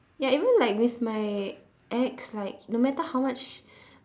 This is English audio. ya even like with my ex like no matter how much